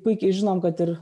puikiai žinom kad ir